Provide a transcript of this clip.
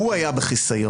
שהוא היה בחיסיון,